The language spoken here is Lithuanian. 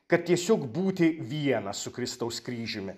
kad tiesiog būti vienas su kristaus kryžiumi